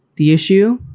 the issue,